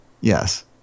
yes